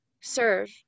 serve